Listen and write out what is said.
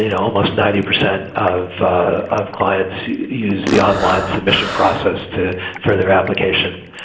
you know almost ninety percent of of clients use the online submission process to for their application.